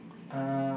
um